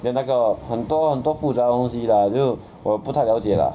then 那个很多很多复杂的东西 lah 又我不太了解 lah